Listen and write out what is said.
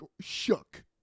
shook